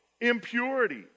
impurity